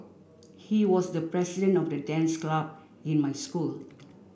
he was the president of the dance club in my school